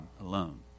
alone